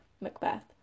macbeth